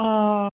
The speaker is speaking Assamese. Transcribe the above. অঁ